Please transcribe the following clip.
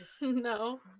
No